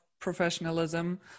professionalism